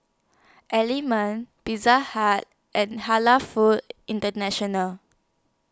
Element Pizza Hut and Halal Foods International